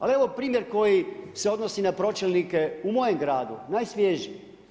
Ali evo primjer koji se odnosi na pročelnike u mojem gradu najsvježije.